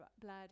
blood